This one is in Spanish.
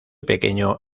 pequeño